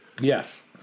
Yes